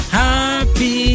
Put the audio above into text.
happy